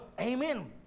Amen